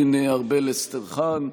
לעו"ד ארבל אסטרחן,